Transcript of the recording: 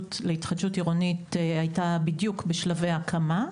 להתחדשות עירונית הייתה בדיוק בשלבי הקמה,